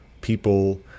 people